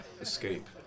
escape